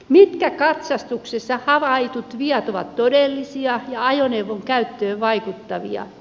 mitkä katsastuksessa havaitut viat ovat todellisia ja ajoneuvon käyttöön vaikuttavia